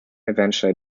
eventually